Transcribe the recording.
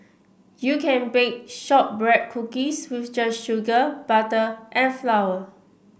you can bake shortbread cookies with just sugar butter and flour